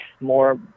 more